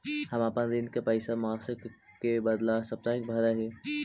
हम अपन ऋण के पैसा मासिक के बदला साप्ताहिक भरअ ही